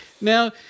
Now